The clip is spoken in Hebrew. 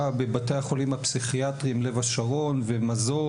בבתי החולים הפסיכיאטריים לב השרון ומזור,